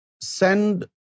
send